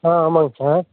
ஆ ஆமாங்க சார்